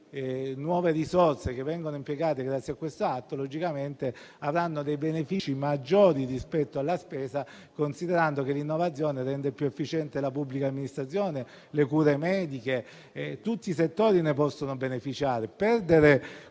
nuove risorse che verranno impiegate grazie a questo atto logicamente avranno dei benefici maggiori rispetto alla spesa, considerando che l'innovazione rende più efficiente la pubblica amministrazione, le cure mediche, e tutti i settori ne possono beneficiare.